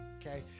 okay